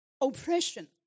oppression